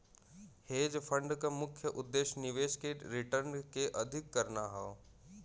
hedge fund क मुख्य उद्देश्य निवेश के रिटर्न के अधिक करना हौ